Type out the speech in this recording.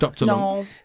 no